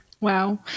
Wow